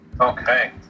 Okay